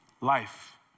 life